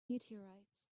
meteorites